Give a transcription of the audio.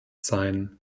sein